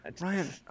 Ryan